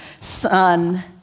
Son